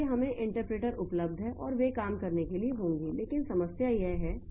इसलिए हमें इंटरप्रेटर उपलब्ध हैं और वे काम करने के लिए होंगे लेकिन समस्या यह है